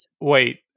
Wait